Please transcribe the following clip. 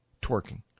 twerking